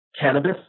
cannabis